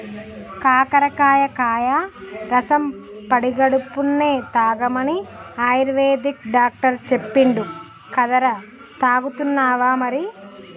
కాకరకాయ కాయ రసం పడిగడుపున్నె తాగమని ఆయుర్వేదిక్ డాక్టర్ చెప్పిండు కదరా, తాగుతున్నావా మరి